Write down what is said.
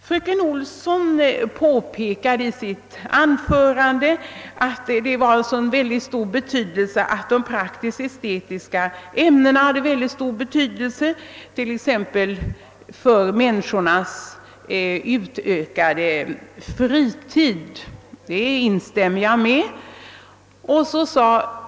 Fröken Olsson påpekade i sitt anförande att de praktisk-estetiska ämnena hade mycket stor betydelse med hänsyn t.ex. till människornas utökade fritid. Jag instämmer i detta.